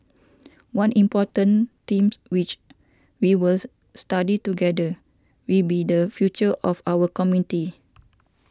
one important themes which we was study together will be the future of our comity